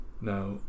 Now